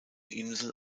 insel